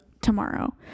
tomorrow